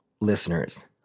listeners